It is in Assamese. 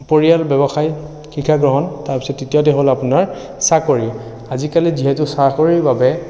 পৰিয়াল ব্যৱসায় শিক্ষা গ্ৰহণ আৰু তৃতীয়তে হ'ল আপোনাৰ চাকৰি আজিকালি যিহেতু চাকৰিৰ বাবে